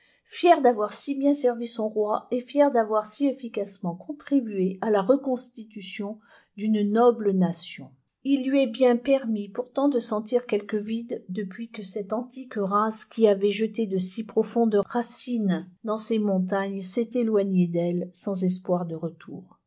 fière d'avoir si bien servi son roi et fière d'avoir si efficacement contribué à la reconstitution d'une noble nation il lui est bien permis pourtant de sentir quelque vide depuis que cette antique race qui avait jeté de si profondes racines dans ses montagnes s'est éloignée d'elle sans espoir de retour